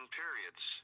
periods